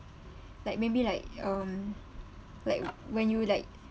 like maybe like um like when you like